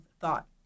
thought